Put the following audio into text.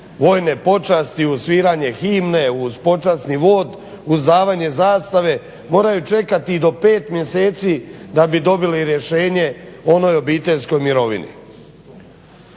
vojne počasti, uz sviranje himne, uz počasni vod, uz davanje zastave moraju čekati i do 5 mjeseci da bi dobili rješenje o onoj obiteljskoj mirovini.